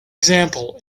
example